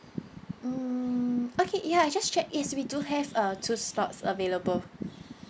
um okay ya I just check yes we do have uh two slots available